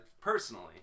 personally